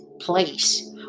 place